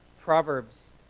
Proverbs